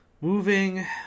Moving